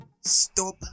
stop